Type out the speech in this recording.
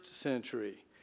century